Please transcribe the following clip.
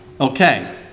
Okay